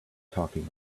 talking